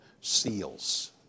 seals